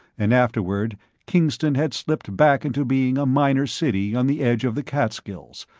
and afterward kingston had slipped back into being a minor city on the edge of the catskills,